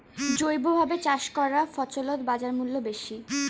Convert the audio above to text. জৈবভাবে চাষ করা ফছলত বাজারমূল্য বেশি